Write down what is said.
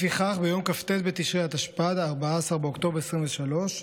לפיכך, ביום כ"ט בתשרי התשפ"ד, 14 באוקטובר 2023,